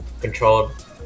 controlled